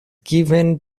given